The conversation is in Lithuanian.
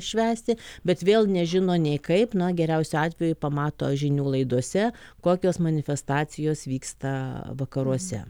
švęsti bet vėl nežino nei kaip na geriausiu atveju pamato žinių laidose kokios manifestacijos vyksta vakaruose